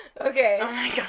okay